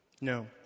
No